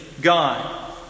God